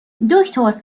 دکتر